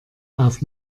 auf